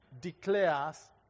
declares